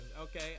Okay